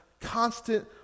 constant